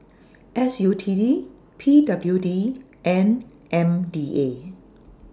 S U T D P W D and M D A